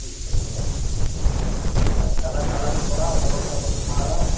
ᱩᱵ ᱛᱮᱫ ᱜᱮ ᱟᱪᱪᱷᱟ ᱟᱪᱪᱷᱟ ᱟᱨ ᱠᱟᱞᱟᱨ ᱴᱟᱞᱟᱨᱮᱢ ᱠᱚᱨᱟᱣᱟ ᱠᱚᱞᱚᱯ ᱴᱚᱞᱚᱯᱮᱢ ᱢᱟᱨᱟᱣᱟ